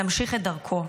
נמשיך את דרכו,